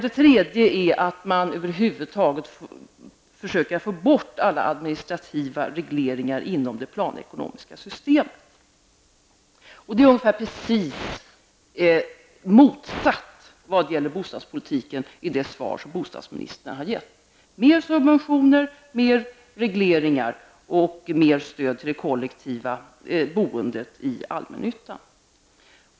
Det tredje är att över huvud taget försöka få bort alla administrativa regleringar inom det planekonomiska systemet. Det är nästan precis tvärt emot det svar som bostadsministern har givit när det gäller bostadspolitiken: mer subventioner, mer regleringar och mer stöd till det kollektiva boendet i allmännyttan.